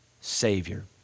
savior